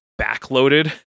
backloaded